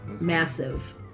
Massive